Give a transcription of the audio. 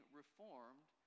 reformed